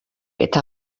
eta